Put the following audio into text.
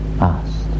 asked